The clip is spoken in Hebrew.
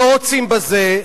לא רוצים בזה.